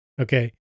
okay